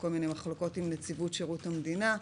כל מיני מחלוקות עם נציבות שירות המדינה,